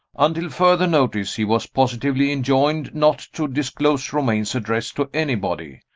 until further notice, he was positively enjoined not to disclose romayne's address to anybody.